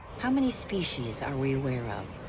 how many species are we aware? um